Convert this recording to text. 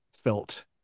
Felt